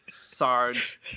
Sarge